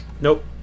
Nope